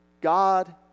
God